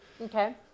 okay